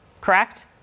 correct